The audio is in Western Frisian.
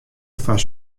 derfoar